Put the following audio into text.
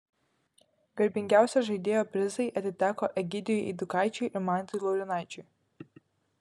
garbingiausio žaidėjo prizai atiteko egidijui eidukaičiui ir mantui laurynaičiui